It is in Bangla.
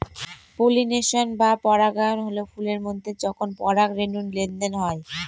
পলিনেশন বা পরাগায়ন হল ফুলের মধ্যে যখন পরাগরেনুর লেনদেন হয়